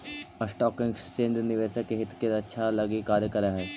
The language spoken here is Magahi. स्टॉक एक्सचेंज निवेशक के हित के रक्षा लगी कार्य करऽ हइ